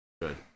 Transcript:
good